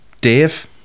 Dave